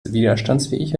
widerstandsfähig